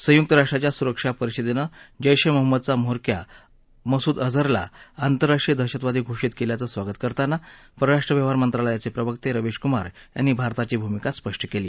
संयुक्त राष्ट्राच्या सुरक्षा परिषदेनं जैश ए मोहम्मदचा म्होरक्या मसुद अजहरला आंतरराष्ट्रीय दहशतवादी घोषीत केल्याचं स्वागत करताना परराष्ट्र व्यवहारमंत्रालयाचे प्रवक्ते रवीश कुमार यानी भारताची भूमिका स्पष्ट केली